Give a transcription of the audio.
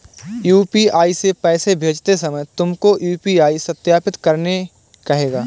UPI से पैसे भेजते समय तुमको यू.पी.आई सत्यापित करने कहेगा